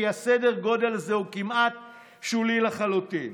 כי סדר הגודל הזה הוא כמעט שולי לחלוטין,